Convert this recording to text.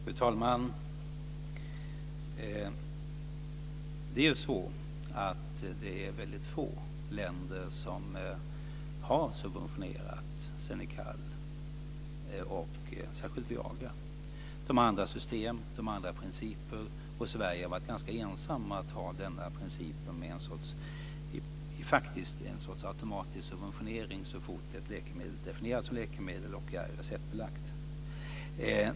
Fru talman! Det är ju är väldigt få länder som har subventionerat Xenical - och särskilt Viagra. De har andra system, andra principer. Sverige har varit ganska ensamt om att ha denna princip med en sorts automatisk subventionering så fort ett läkemedel definieras som läkemedel och är receptbelagt.